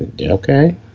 Okay